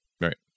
Right